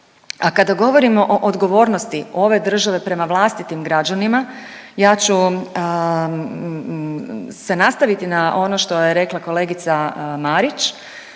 kada govorimo o odgovornosti ove države prema vlastitim građanima, ja ću se nastaviti na ono što je rekla kolegica Marić.